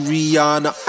Rihanna